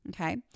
Okay